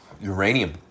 uranium